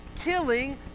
Killing